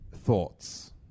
Thoughts